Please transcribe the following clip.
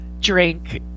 drink